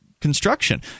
construction